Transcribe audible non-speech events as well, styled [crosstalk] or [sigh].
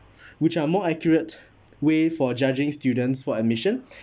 [breath] which are more accurate way for judging students for admission [breath]